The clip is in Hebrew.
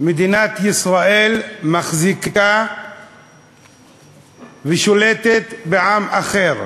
מדינת ישראל מחזיקה ושולטת בעם אחר.